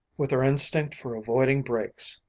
with her instinct for avoiding breaks,